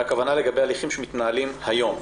הכוונה לגבי הליכים שמתנהלים היום.